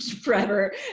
forever